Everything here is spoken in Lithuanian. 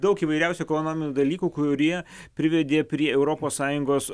daug įvairiausių ekonominių dalykų kurie privedė prie europos sąjungos